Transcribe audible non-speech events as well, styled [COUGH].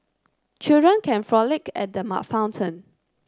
children can frolic at the [UNINTELLIGIBLE] fountain